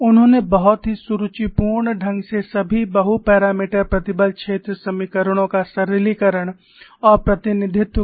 उन्होंने बहुत ही सुरुचिपूर्ण ढंग से सभी बहु मापदण्ड प्रतिबल क्षेत्र समीकरणों का सरलीकरण और प्रतिनिधित्व किया